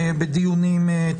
בדיונים,